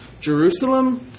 Jerusalem